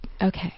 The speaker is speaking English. Okay